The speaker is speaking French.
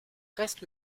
reste